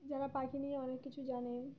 যারা পাখি নিয়ে অনেক কিছু জানে